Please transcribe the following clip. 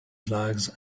slugs